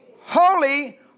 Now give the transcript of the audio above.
holy